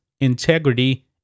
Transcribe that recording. integrity